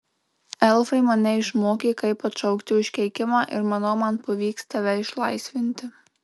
elfai mane išmokė kaip atšaukti užkeikimą ir manau man pavyks tave išlaisvinti